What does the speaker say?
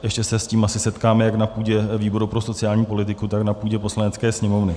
Ještě se s tím asi setkáme jak na půdě výboru pro sociální politiku, tak na půdě Poslanecké sněmovny.